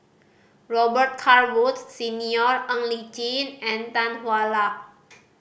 Robet Carr Woods Senior Ng Li Chin and Tan Hwa Luck